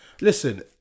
Listen